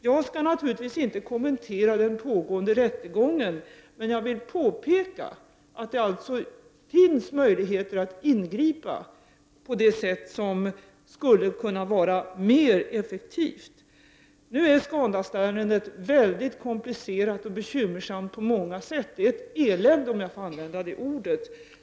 Jag skall naturligtvis inte kommentera den pågående rättegången, men jag vill påpeka att det alltså finns möjligheter att ingripa på ett sätt som skulle var mera effektivt. Nu är Scandustärendet väldigt komplicerat och bekymmersamt på många sätt. Det är ett elände, om jag får använda det ordet.